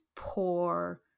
poor